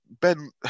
Ben